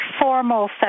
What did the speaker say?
formal